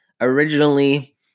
originally